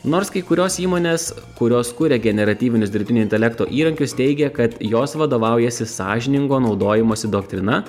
nors kai kurios įmonės kurios kuria generatyvinius dirbtinio intelekto įrankius teigia kad jos vadovaujasi sąžiningo naudojimosi doktrina